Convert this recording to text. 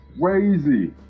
crazy